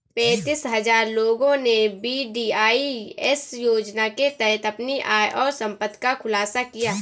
पेंतीस हजार लोगों ने वी.डी.आई.एस योजना के तहत अपनी आय और संपत्ति का खुलासा किया